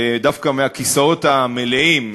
דווקא מהכיסאות המלאים,